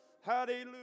Hallelujah